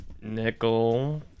Nickel